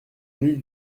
rue